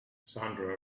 sandra